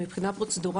לא,